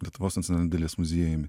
lietuvos dailės muziejumi